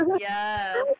Yes